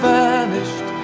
vanished